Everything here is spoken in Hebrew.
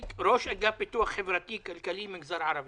והרווחה הועברו למשרד העבודה.